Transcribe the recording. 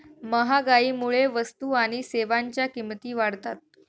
महागाईमुळे वस्तू आणि सेवांच्या किमती वाढतात